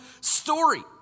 story